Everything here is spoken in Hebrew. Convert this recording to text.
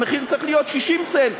המחיר צריך להיות 60 סנט,